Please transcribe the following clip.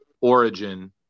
origin